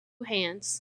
hands